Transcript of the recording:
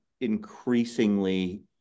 increasingly